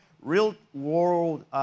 Real-world